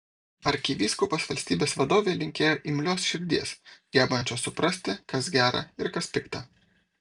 arkivyskupas valstybės vadovei linkėjo imlios širdies gebančios suprasti kas gera ir kas pikta